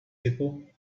people